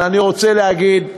אבל אני רוצה להגיד "הכחולה-לבנה"